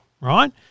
right